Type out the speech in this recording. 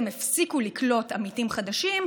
הפסיקו לקלוט עמיתים חדשים,